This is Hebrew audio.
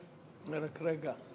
רק רגע,